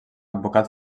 advocat